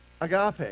Agape